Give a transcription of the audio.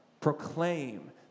Proclaim